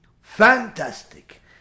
fantastic